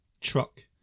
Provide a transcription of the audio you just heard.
truck